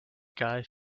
guy